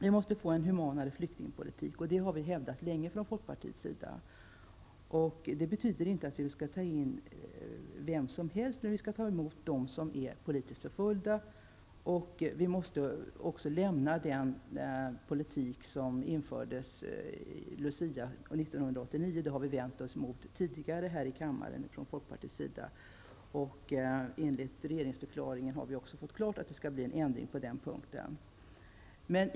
Vi måste få en humanare flyktingpolitik, och det har vi hävdat länge från folkpartiets sida. Det betyder inte att vi skall släppa in vem som helst, men vi skall ta emot dem som är politiskt förföljda. Vi måste också lämna den politik som infördes vid Lucia år 1989. Den politiken har vi i folkpartiet tidigare vänt oss emot, och regeringsförklaringen har gjort klart att det skall bli en ändring på den punkten.